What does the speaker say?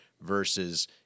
versus